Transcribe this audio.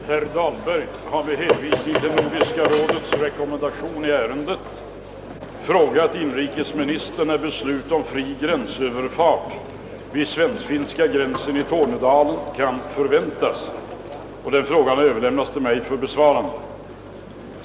Herr talman! Herr Dahlberg har med hänvisning till Nordiska rådets rekommendation i ärendet frågat inrikesministern när beslut om fri gränsöverfart vid svensk-finska gränsen i Tornedalen kan förväntas. Frågan har överlämnats till mig för besvarande.